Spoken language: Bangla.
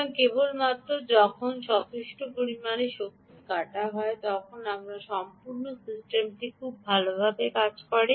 সুতরাং কেবলমাত্র যখন যথেষ্ট পরিমাণে শক্তি কাটা হয় আপনার সম্পূর্ণ সিস্টেমটি খুব ভালভাবে কাজ করে